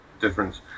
difference